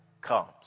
comes